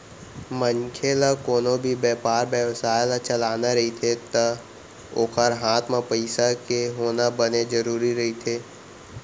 मनखे ल कोनो भी बेपार बेवसाय ल चलाना रहिथे ता ओखर हात म पइसा के होना बने जरुरी रहिथे